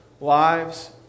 lives